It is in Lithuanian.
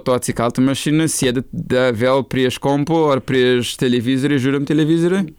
to atsikaltu mašinoj sėdit daviau prieš kompu ar prieš televizorių žiūrim televizorių